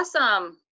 awesome